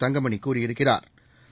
தங்கமணி கூறியிருக்கிறாா்